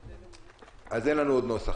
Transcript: עוד אין לנו נוסח.